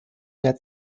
sehr